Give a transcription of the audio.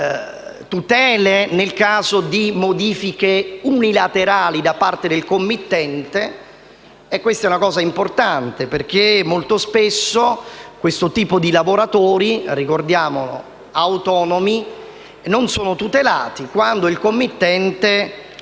tutele nel caso di modifiche unilaterali da parte del committente. Questo è un aspetto importante perché, molto spesso, questo tipo di lavoratori autonomi non sono tutelati allorquando il committente